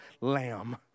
lamb